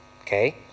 Okay